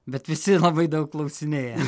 bet visi labai daug klausinėja